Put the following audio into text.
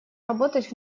работать